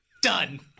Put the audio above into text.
Done